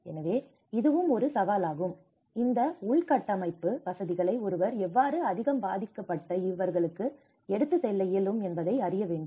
எனவே இதுவும் ஒரு சவாலாகும் இந்த உள்கட்டமைப்பு வசதிகளை ஒருவர் எவ்வாறு அதிகம் பாதிக்க பட்ட இவர்களுக்கு எடுத்து செல்ல இயலும் என்பதை அறிய வேண்டும்